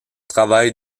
travail